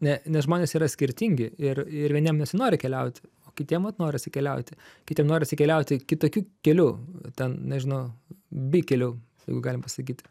ne nes žmonės yra skirtingi ir ir vieniem nesinori keliauti o kitiem vat norisi keliauti kitiem norisi keliauti kitokiu keliu ten nežinau bikeliu jeigu galim pasakyt